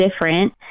different